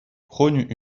prône